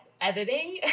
editing